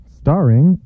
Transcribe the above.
starring